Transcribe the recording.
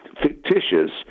fictitious